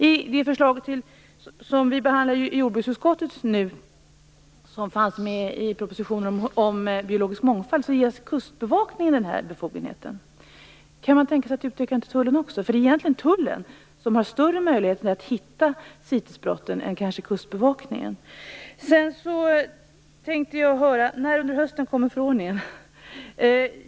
I det förslag som vi nu behandlar i jordbruksutskottet och som fanns med i propositionen om biologisk mångfald ges Kustbevakningen den här befogenheten. Kan man tänka sig att utöka den till Tullen också, eftersom det egentligen är Tullen som har större möjligheter att upptäcka CITES-brotten än Kustbevakningen? När under hösten kommer förordningen?